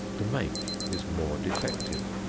the make is more defective,